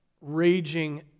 raging